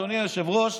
אדוני היושב-ראש,